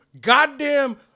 goddamn